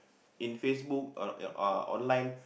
in Facebook o~ uh online